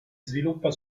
sviluppa